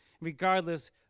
regardless